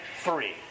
three